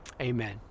amen